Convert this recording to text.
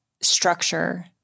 structure